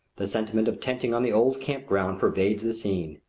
the sentiment of tenting on the old camp-ground pervades the scene.